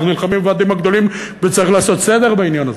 אנחנו נלחמים בוועדים הגדולים וצריך לעשות סדר בעניין הזה.